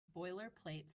boilerplate